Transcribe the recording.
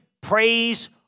praise